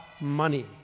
money